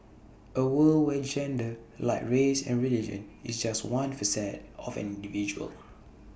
A world where gender like race and religion is just one facet of an individual